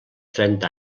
trenta